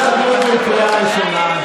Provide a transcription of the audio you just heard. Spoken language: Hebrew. הכנסת אבוטבול, קריאה ראשונה.